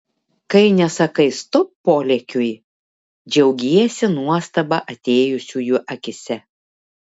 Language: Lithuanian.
kai nesakai stop polėkiui džiaugiesi nuostaba atėjusiųjų akyse